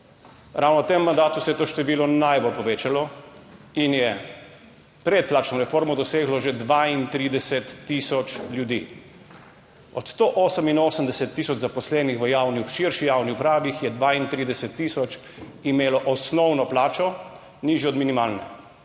Ravno v tem mandatu se je to število najbolj povečalo in je pred plačno reformo doseglo že 32 tisoč ljudi od 18 tisoč zaposlenih v širši javni upravi jih je 32 tisoč imelo osnovno plačo, nižjo od minimalne.